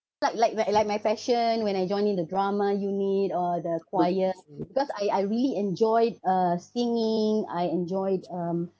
like like like like my passion when I join in the drama unit or the choir because I I really enjoyed uh singing I enjoyed um